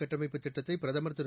கட்டமைப்புத் திட்டத்தை பிரதமர் திரு